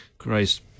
Christ